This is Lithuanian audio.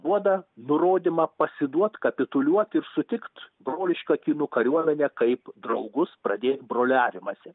duoda nurodymą pasiduot kapituliuot ir sutikti brolišką kinų kariuomenę kaip draugus pradėt broliavimąsi